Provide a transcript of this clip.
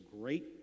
great